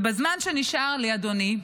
בזמן שנשאר לי, אדוני,